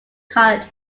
college